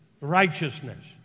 righteousness